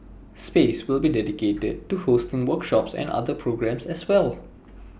space will be dedicated to hosting workshops and other programmes as well